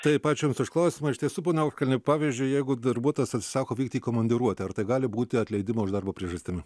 taip ačiū jums už klausimą iš tiesų pone auškalni pavyzdžiui jeigu darbuotojas atsisako vykti į komandiruotę ar tai gali būti atleidimo iš darbo priežastimi